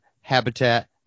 habitat